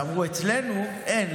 ואמרו: אצלנו אין.